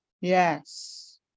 yes